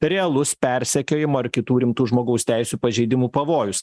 realus persekiojimo ar kitų rimtų žmogaus teisių pažeidimų pavojus